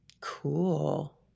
Cool